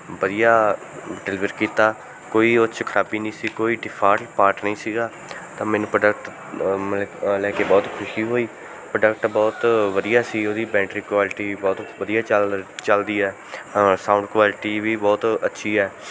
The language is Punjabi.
ਵਧੀਆ ਡਿਲਿਵਰ ਕੀਤਾ ਕੋਈ ਉਹਦੇ 'ਚ ਖਰਾਬੀ ਨਹੀਂ ਸੀ ਕੋਈ ਡਿਫਾਲਟ ਪਾਰਟ ਨਹੀਂ ਸੀਗਾ ਤਾਂ ਮੈਨੂੰ ਪ੍ਰੋਡਕਟ ਲੈ ਕੇ ਬਹੁਤ ਖੁਸ਼ੀ ਹੋਈ ਪ੍ਰੋਡਕਟ ਬਹੁਤ ਵਧੀਆ ਸੀ ਉਹਦੀ ਬੈਂਟਰੀ ਕੁਆਲਿਟੀ ਬਹੁਤ ਵਧੀਆ ਚੱਲ ਚੱਲਦੀ ਹੈ ਸਾਊਂਡ ਕੁਆਲਿਟੀ ਵੀ ਬਹੁਤ ਅੱਛੀ ਹੈ